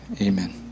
Amen